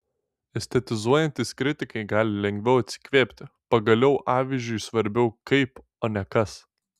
estetizuojantys kritikai gali lengviau atsikvėpti pagaliau avyžiui svarbiau kaip o ne kas